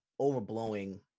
overblowing